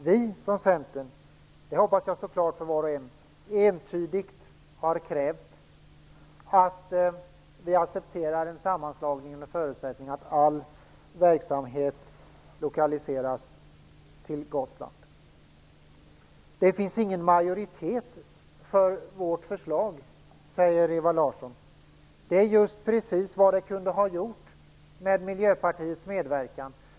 Vi i Centern har entydigt sagt att vi accepterar en sammanslagning under förutsättning att all verksamhet lokaliseras till Gotland. Det hoppas jag står klart. Det finns ingen majoritet för Centerns förslag, sade Ewa Larsson. Men det kunde det ha gjort med Miljöpartiets medverkan.